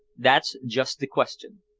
that's just the question.